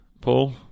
Paul